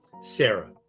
Sarah